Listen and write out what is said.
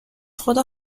خدا